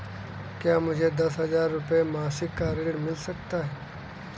क्या मुझे दस हजार रुपये मासिक का ऋण मिल सकता है?